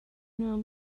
know